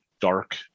dark